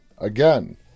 Again